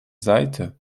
seite